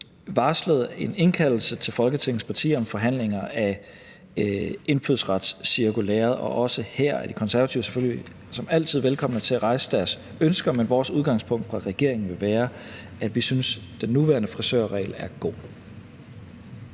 varslet en indkaldelse af Folketingets partier til forhandlinger af indfødsretscirkulæret. Også her er De Konservative som altid velkomne til at rejse deres ønsker, men vores udgangspunkt fra regeringens side vil være, at vi synes, at den nuværende frisørregel er god.